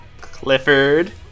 Clifford